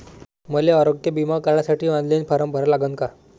मले आरोग्य बिमा काढासाठी ऑनलाईन फारम भरा लागन का?